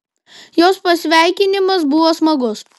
jos pasisveikinimas buvo smagus